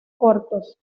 cortos